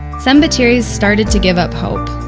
some battiris started to give up hope.